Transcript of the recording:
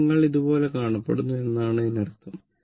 ഇപ്പോൾ നിങ്ങൾ ഇതുപോലെ കാണപ്പെടുന്നു എന്നാണ് ഇതിനർത്ഥം